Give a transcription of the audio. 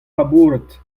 labourat